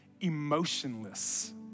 emotionless